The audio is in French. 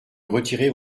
retirer